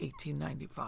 1895